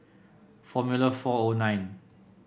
Formula four O nine